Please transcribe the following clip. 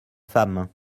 femme